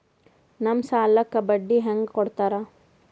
ನಮ್ ಸಾಲಕ್ ಬಡ್ಡಿ ಹ್ಯಾಂಗ ಕೊಡ್ತಾರ?